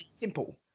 simple